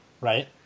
Right